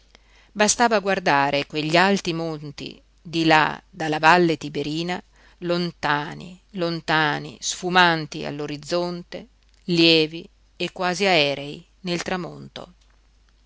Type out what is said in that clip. uomini bastava guardare quegli alti monti di là dalla valle tiberina lontani lontani sfumanti all'orizzonte lievi e quasi aerei nel tramonto